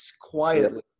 quietly